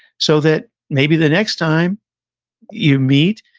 so that, maybe the next time you meet,